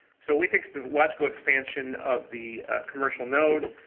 so we think so logical expansion of the commercial node.